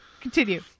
continue